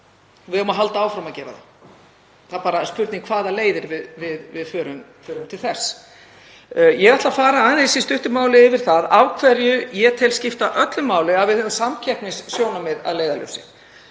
Við eigum að halda áfram að gera það. Það er bara spurning hvaða leiðir við förum til þess. Ég ætla að fara í stuttu máli yfir það af hverju ég tel skipta öllu máli að við höfum samkeppnissjónarmið að leiðarljósi.